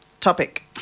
topic